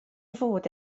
fod